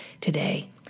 today